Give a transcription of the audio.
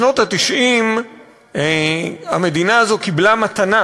בשנות ה-90 המדינה הזאת קיבלה מתנה: